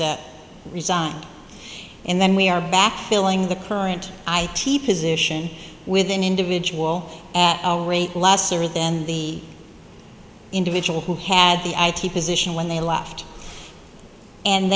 that resigned and then we are back filling the current i t position with an individual at a rate last or then the individual who had the i t position when they left and